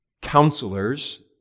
Counselors